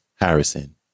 Harrison